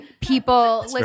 people